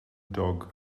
dog